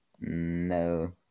No